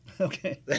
Okay